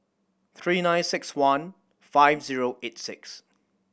three nine six one five zero eight six